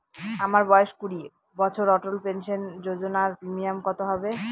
আমার বয়স কুড়ি বছর অটল পেনসন যোজনার প্রিমিয়াম কত হবে?